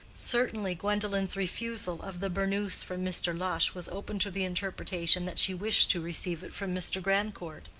certainly gwendolen's refusal of the burnous from mr. lush was open to the interpretation that she wished to receive it from mr. grandcourt.